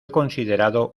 considerado